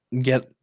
get